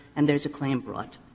and there is a claim brought.